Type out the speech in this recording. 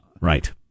right